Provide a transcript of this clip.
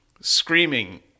screaming